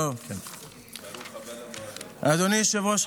אדוני היושב-ראש,